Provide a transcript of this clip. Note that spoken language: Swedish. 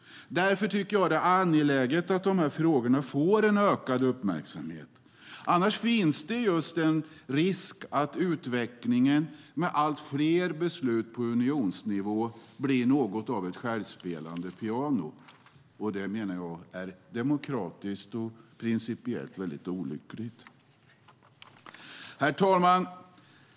Därför tycker jag att det är angeläget att de här frågorna får en ökad uppmärksamhet; annars finns det just en risk att utvecklingen med allt fler beslut på unionsnivå blir något av ett självspelande piano. Det menar jag är demokratiskt och principiellt väldigt olyckligt. Herr talman!